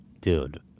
Dude